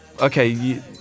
okay